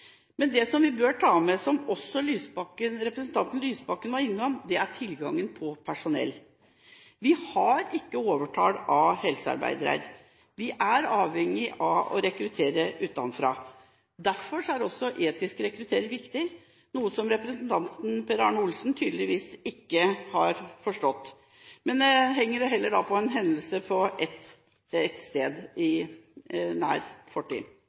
Men det vi bør ta med, som også representanten Lysbakken var innom, er tilgangen på personell. Vi har ikke overtall av helsearbeidere. Vi er avhengig av å rekruttere utenfra. Derfor er også etisk rekruttering viktig, noe representanten Per Arne Olsen tydeligvis ikke har forstått – han henger det heller på en hendelse på ett sted i nær